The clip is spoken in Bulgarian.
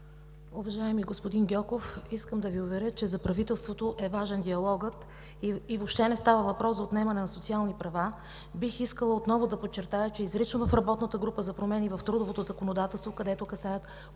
Уважаеми господин Гьоков, искам да Ви уверя, че за правителството е важен диалогът и въобще не става въпрос за отнемане на социални права. Бих искала отново да подчертая, че изрично в работната група за промени в трудовото законодателство, където касаят